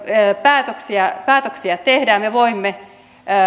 päätöksiä päätöksiä tehdään me voimme